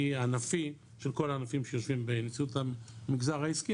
ענפי של כל הענפים שיושבים בנשיאות המגזר העסקי,